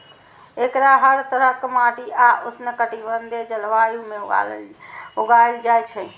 एकरा हर तरहक माटि आ उष्णकटिबंधीय जलवायु मे उगायल जाए छै